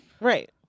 Right